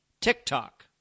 TikTok